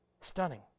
Stunning